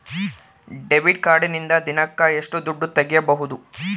Debit ಕಾರ್ಡಿನಿಂದ ದಿನಕ್ಕ ಎಷ್ಟು ದುಡ್ಡು ತಗಿಬಹುದು?